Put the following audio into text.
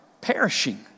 perishing